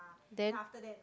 then after that